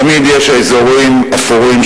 תמיד יש אזורים אפורים,